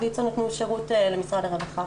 ויצ"ו נותנים שירות למשרד הרווחה.